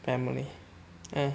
family ah